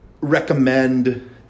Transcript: recommend